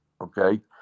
Okay